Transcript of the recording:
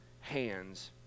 hands